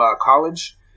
college